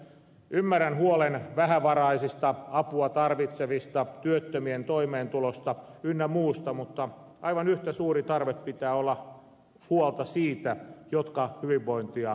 ymmärrän huolen vähävaraisista apua tarvitsevista työttömien toimeentulosta ynnä muusta mutta aivan yhtä suuri tarve on kantaa huolta siitä mikä hyvinvointia rakentaa